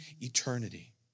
eternity